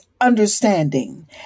understanding